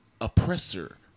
oppressor